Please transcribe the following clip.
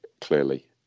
clearly